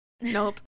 nope